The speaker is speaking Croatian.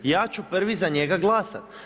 Ja ću prvi za njega glasati.